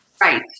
right